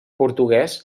portuguès